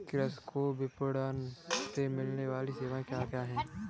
कृषि को विपणन से मिलने वाली सेवाएँ क्या क्या है